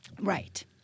Right